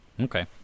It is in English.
Okay